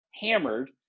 hammered